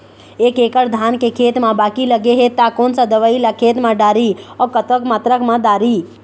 एक एकड़ धान के खेत मा बाकी लगे हे ता कोन सा दवई ला खेत मा डारी अऊ कतक मात्रा मा दारी?